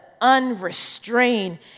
unrestrained